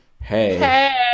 hey